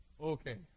Okay